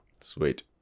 Sweet